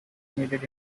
needed